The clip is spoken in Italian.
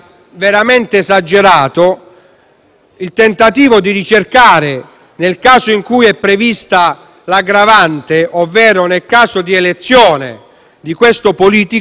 il tentativo di ricercare, nel caso in cui è prevista l'aggravante, ovvero nel caso di elezione di questo politico, il nesso eziologico